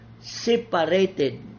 separated